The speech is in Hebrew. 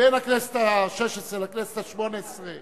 בין הכנסת השש-עשרה לכנסת השמונה-עשרה